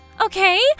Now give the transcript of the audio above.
Okay